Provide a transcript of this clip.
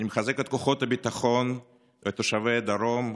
אני מחזק את כוחות הביטחון ואת תושבי הדרום,